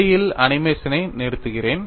இடையில் அனிமேஷனை நிறுத்துகிறேன்